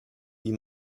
wie